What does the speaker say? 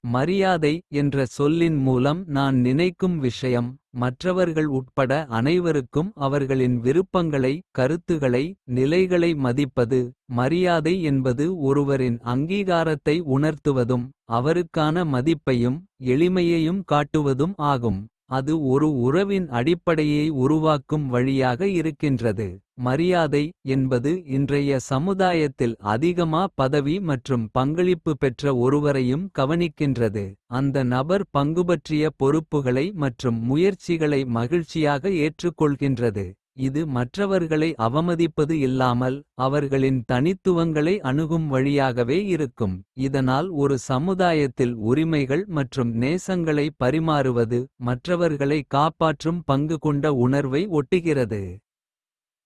மரியாதை என்ற சொல்லின் மூலம் நான் நினைக்கும் விஷயம். மற்றவர்கள் உட்பட அனைவருக்கும் அவர்களின் விருப்பங்களை. கருத்துகளை நிலைகளை மதிப்பது மரியாதை. என்பது ஒருவரின் அங்கீகாரத்தை உணர்த்துவதும். அவருக்கான மதிப்பையும் எளிமையையும் காட்டுவதும் ஆகும். அது ஒரு உறவின் அடிப்படையை உருவாக்கும் வழியாக இருக்கின்றது. மரியாதை என்பது இன்றைய சமுதாயத்தில் அதிகமா. பதவி மற்றும் பங்களிப்பு பெற்ற ஒருவரையும் கவனிக்கின்றது. அந்த நபர் பங்குபற்றிய பொறுப்புகளை மற்றும் முயற்சிகளை. மகிழ்ச்சியாக ஏற்றுக் கொள்கின்றது இது மற்றவர்களை. அவமதிப்பது இல்லாமல் அவர்களின் தனித்துவங்களை. அணுகும் வழியாகவே இருக்கும் இதனால் ஒரு சமுதாயத்தில். உரிமைகள் மற்றும் நேசங்களை பரிமாறுவது மற்றவர்களை. காப்பாற்றும் பங்கு கொண்ட உணர்வை ஒட்டுகிறது.